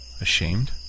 Ashamed